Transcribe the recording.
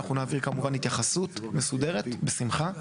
אנחנו נעביר כמובן התייחסות מסודרת בשמחה.